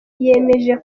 yemeje